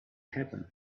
happen